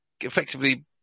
effectively